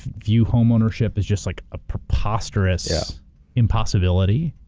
viewed home ownership as just like a preposterous impossibility.